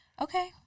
Okay